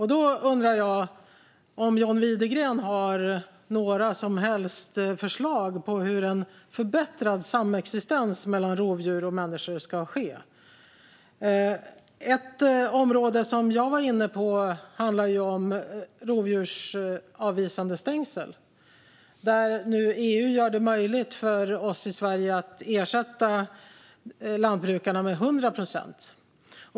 Jag undrar om John Widegren har några som helst förslag på hur en förbättrad samexistens mellan rovdjur och människor ska ske. Ett område som jag var inne på är rovdjursavvisande stängsel. EU gör det nu möjligt för oss i Sverige att ersätta lantbrukarna med 100 procent.